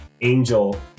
angel